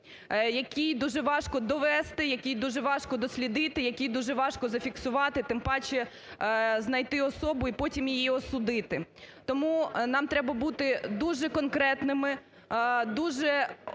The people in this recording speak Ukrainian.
який дуже важко довести, який дуже важко дослідити, який дуже важко зафіксувати, тим паче знайти особу і потім її осудити. Тому нам треба бути дуже конкретними, дуже